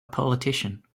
politician